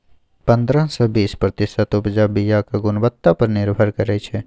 पंद्रह सँ बीस प्रतिशत उपजा बीयाक गुणवत्ता पर निर्भर करै छै